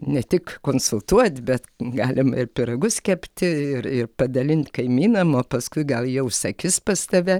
ne tik konsultuot bet galim ir pyragus kepti ir ir padalint kaimynam o paskui gal jau užsakys pas tave